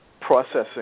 processing